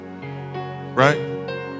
right